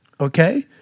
Okay